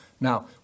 Now